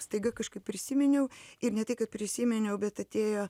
staiga kažkaip prisiminiau ir ne tai kad prisiminiau bet atėjo